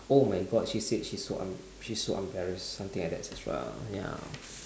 oh my god she said she so em~ she's so embarrassed something like that so ya